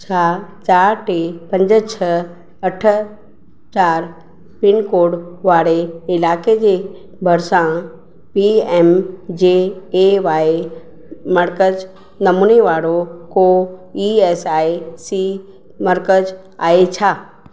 छा चारि टे पंज छह अठ चारि पिनकोड वारे इलाइक़े के भरिसां P M J A Y मर्कज़ नमूने वारो को ई एस आई सी मर्कज़ आहे छा